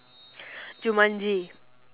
jumanji